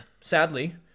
sadly